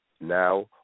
now